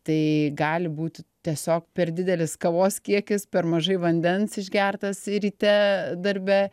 tai gali būti tiesiog per didelis kavos kiekis per mažai vandens išgertas ryte darbe